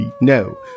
no